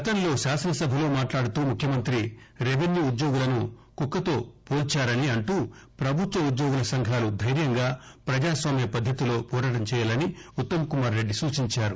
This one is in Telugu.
గతంలో శాసనసభలో మాట్లాడుతూ ముఖ్యమంగ్రి రెవెన్యూ ఉద్యోగులను కుక్కతోకతో పోల్చారని అంటూ ప్రభుత్వ ఉద్యోగుల సంఘాలు ధైర్యంగా పజాస్వామ్య పద్దతిలో పోరాటం చేయాలని ఉత్తమ్ కుమార్ రెడ్డి సూచించారు